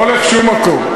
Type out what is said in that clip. אני לא הולך לשום מקום.